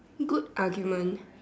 good argument